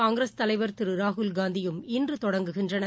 காங்கிரஸ் தலைவர் திருராகுல்காந்தியும் இன்றுதொடங்குகின்றனர்